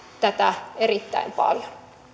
tätä erittäin paljon